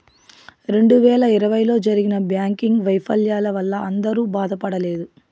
రెండు వేల ఇరవైలో జరిగిన బ్యాంకింగ్ వైఫల్యాల వల్ల అందరూ బాధపడలేదు